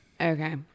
Okay